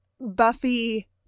Buffy